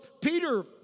Peter